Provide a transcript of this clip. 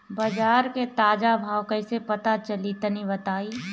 बाजार के ताजा भाव कैसे पता चली तनी बताई?